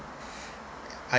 I